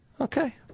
Okay